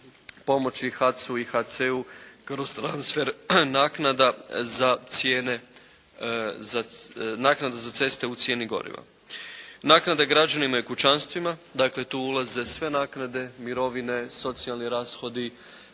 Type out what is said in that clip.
pomoći HAC-u i KC-u kroz transfer naknada za cijene, naknade za ceste u cijeni goriva. Naknade građanima i kućanstvima, dakle tu ulaze sve naknade, mirovine, socijalni rashodi,